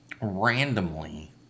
randomly